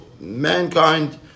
mankind